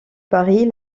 paris